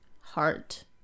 heart